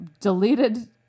deleted